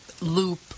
loop